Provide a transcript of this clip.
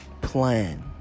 plan